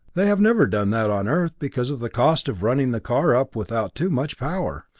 they have never done that on earth because of the cost of running the car up without too much power.